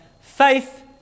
Faith